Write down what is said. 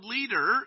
leader